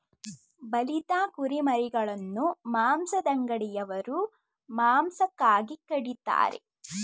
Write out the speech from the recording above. ಬಲಿತ ಕುರಿಮರಿಗಳನ್ನು ಮಾಂಸದಂಗಡಿಯವರು ಮಾಂಸಕ್ಕಾಗಿ ಕಡಿತರೆ